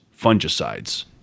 fungicides